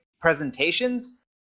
presentations